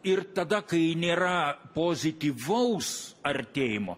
ir tada kai nėra pozityvaus artėjimo